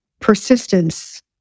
Persistence